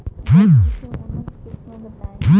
दलहन के उन्नत किस्म बताई?